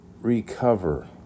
recover